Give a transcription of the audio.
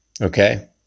okay